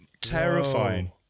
terrifying